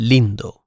Lindo